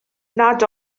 nad